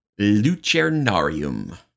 lucernarium